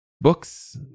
Books